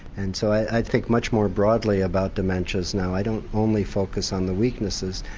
and so i think much more broadly about dementias now, i don't only focus on the weaknesses,